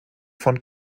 von